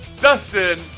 Dustin